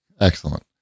Excellent